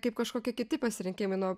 kaip kažkokie kiti pasirinkimai nuo